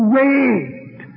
wait